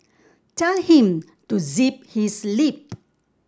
tell him to zip his lip